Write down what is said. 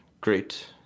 great